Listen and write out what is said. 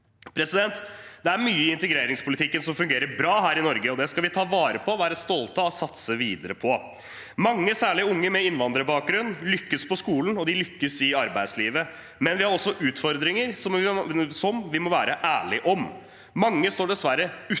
kompenseres. Det er mye i integreringspolitikken som fungerer bra her i Norge, og det skal vi ta vare på, være stolte av og satse videre på. Mange, særlig unge med innvandrerbakgrunn, lykkes på skolen, og de lykkes i arbeidslivet, men vi har også utfordringer, det må vi være ærlige om. Mange står dessverre utenfor